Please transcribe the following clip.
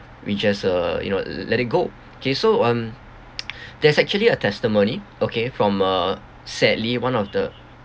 we just uh you know le~ let it go kay so um there's actually a testimony okay from uh sadly one of the